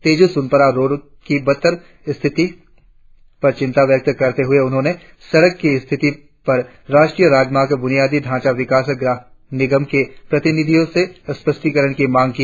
Tezu Sunpura road की बत्तर स्थिति पर चिंता व्यक्त करते हुए उन्होंने सड़क की स्थिति पर राष्ट्रीय राजमार्ग बुनियादी ढांचा विकास निगम के प्रतिनिधि से स्पष्टीकरण की मांग की